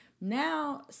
now